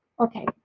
Okay